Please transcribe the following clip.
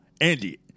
Andy